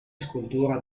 scultura